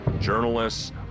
journalists